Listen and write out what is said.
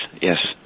yes